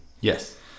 Yes